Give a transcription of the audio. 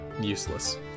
useless